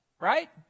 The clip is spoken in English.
right